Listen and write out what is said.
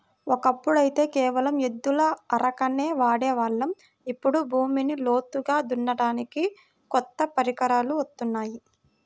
ఒకప్పుడైతే కేవలం ఎద్దుల అరకనే వాడే వాళ్ళం, ఇప్పుడు భూమిని లోతుగా దున్నడానికి కొత్త పరికరాలు వత్తున్నాయి